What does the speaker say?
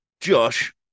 josh